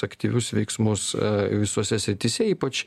aktyvius veiksmus visose srityse ypač